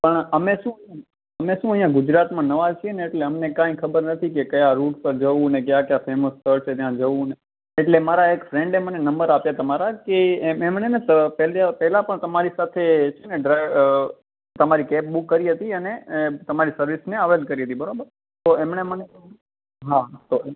પણ અમે શું અમે શું અહીંયા ગુજરાતમાં નવા છીએ ને એટલે અમને કાંઈ ખબર નથી કે કયા રુટ પર જવું ક્યાં નહીં ને કયા ક્યા ફેમસ સ્થળ છે જ્યાં જવુંને એટલે મારા એક ફ્રેન્ડે મને નંબર આપ્યો તમારો કે એમણે પેલા પેલા પણ તમારી સાથે છેને ડ્રાઈ અઅ તમારી કેબ બુક કરી હતી અને તમારી સર્વિસને અવેઈલ કરી હતી બરોબર તો એમણે મને હા તો